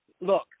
Look